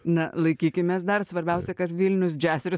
na laikykimės dar svarbiausia kad vilnius jazz ir